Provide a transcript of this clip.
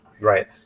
right